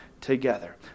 together